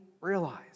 realize